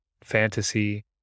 fantasy